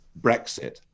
Brexit